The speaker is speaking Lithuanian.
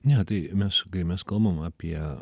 ne tai mes kai mes kalbam apie